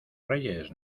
reyes